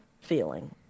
feeling